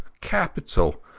capital